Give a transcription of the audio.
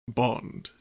bond